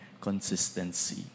consistency